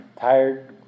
tired